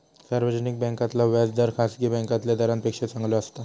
सार्वजनिक बॅन्कांतला व्याज दर खासगी बॅन्कातल्या दरांपेक्षा चांगलो असता